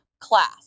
Class